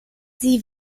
sie